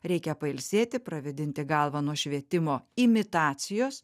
reikia pailsėti pravėdinti galvą nuo švietimo imitacijos